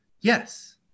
yes